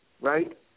right